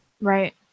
Right